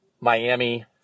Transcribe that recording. Miami